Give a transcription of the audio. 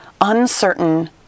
uncertain